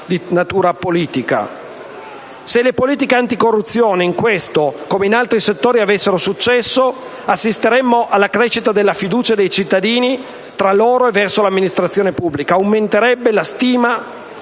Se le politiche anticorruzione, in questo come in altri settori, avessero successo, assisteremmo alla crescita della fiducia dei cittadini tra loro e verso l'amministrazione pubblica. Aumenterebbe la